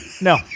no